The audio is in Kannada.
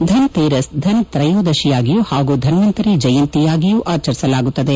ಧನ್ ತೇರಸ್ ಧನ್ ತ್ರಯೋದಶಿಯಾಗಿಯೂ ಹಾಗೂ ಧನ್ವಂತರಿ ಜಯಂತಿಯಾಗಿಯೂ ಆಚರಿಸಲಾಗುತ್ತದೆ